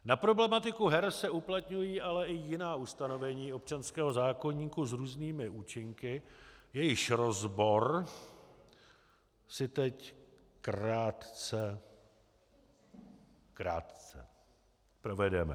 Na problematiku her se uplatňují ale i jiná ustanovení občanského zákoníku s různými účinky, jejichž rozbor si teď krátce, krátce provedeme.